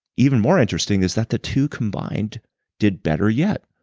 even more interesting, is that the two combined did better yet.